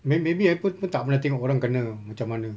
may~ maybe I pun pun tak pernah tengok orang kena macam mana